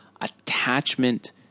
attachment